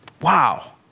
Wow